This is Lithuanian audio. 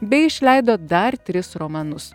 bei išleido dar tris romanus